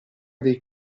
dei